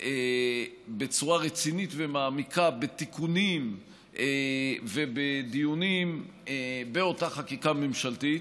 בצורה רצינית ומעמיקה בתיקונים ובדיונים באותה חקיקה ממשלתית,